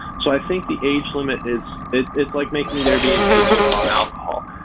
so i think the age limit is it's it's like making there be an age limit on alcohol.